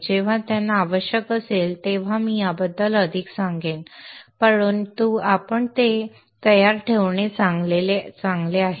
जेव्हा त्यांना आवश्यक असेल तेव्हा मी याबद्दल अधिक सांगेन परंतु आपण ते तयार ठेवणे चांगले आहे